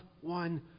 one